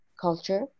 culture